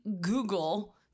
Google